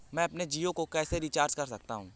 मैं अपने जियो को कैसे रिचार्ज कर सकता हूँ?